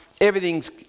everything's